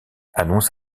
annonce